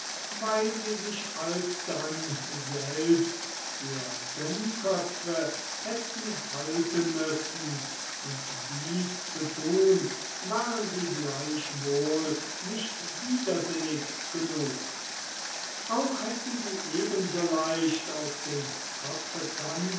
weil sie sich alsdann selbst für dummköpfe hätten halten müssen und dies zu tun waren sie gleichwohl nicht widersinnisch genug auch hätten sie eben so leicht auf dem kopfe